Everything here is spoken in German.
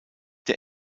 der